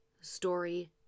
story